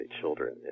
children